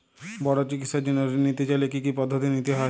বড় চিকিৎসার জন্য ঋণ নিতে চাইলে কী কী পদ্ধতি নিতে হয়?